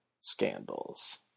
scandals